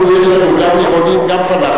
אנחנו, יש לנו גם עירוניים וגם פלאחים.